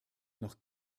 noch